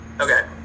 okay